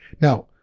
Now